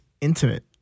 intimate